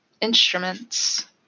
instruments